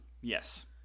Yes